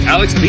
Alex